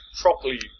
properly